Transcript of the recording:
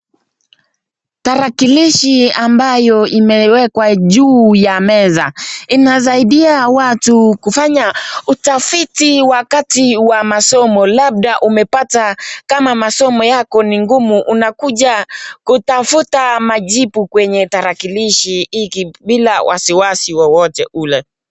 Tarakilishi ambayo imewekwa juu ya meza inasaidia watu kufanya utafiti wakati wa masomo. Labda umepata kama masomo yako ni ngumu unakuja kutafuta majibu kwenye tarakilishi hiki bila wasiwasi wowote ule.